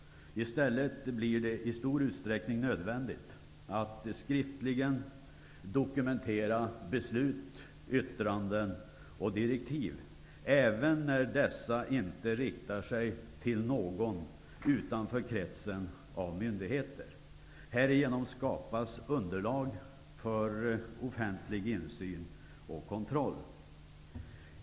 I stället blir det i stor utsträckning nödvändigt att skriftligen dokumentera beslut, yttranden och direktiv, även när dessa inte riktar sig till någon utanför kretsen av myndigheter. Härigenom skapas underlag för offentlig insyn och kontroll.